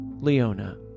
Leona